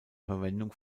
verwendung